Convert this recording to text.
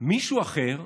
מישהו אחר,